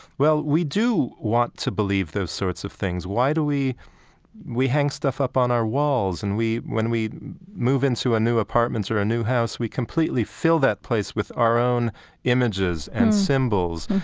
well, we do want to believe those sorts of things. why do we we hang stuff up on our walls and we when we move into a new apartment or a new house, we completely fill that place with our own images and symbols,